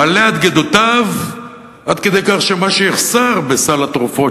מלא עד גדותיו עד כדי כך שמה שיחסר בסל התרופות